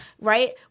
Right